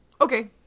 okay